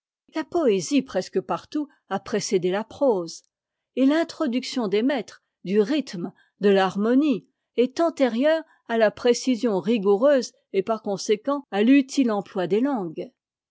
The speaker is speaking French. la poésie presque partout a précédé la prose et l'introduction des mètres du rhythme de l'harmonie est antérieure à la précision rigoureuse et par conséquent à l'utile emploi des tangues